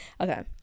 Okay